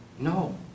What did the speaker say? No